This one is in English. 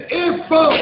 info